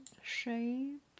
shape